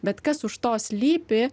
bet kas už to slypi